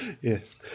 yes